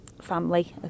family